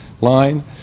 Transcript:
line